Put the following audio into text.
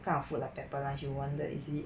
kind of food like pepper lunch you wonder is it